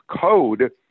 code